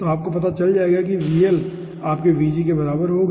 तो आपको पता चल जाएगा कि आपके के बराबर होगा